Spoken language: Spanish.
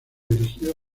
dirigido